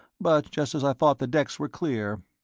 but just as i thought the decks were clear.